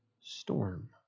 storm